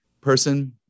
person